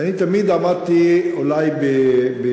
ואני תמיד אמרתי, אולי נגד